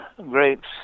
grapes